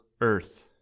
earth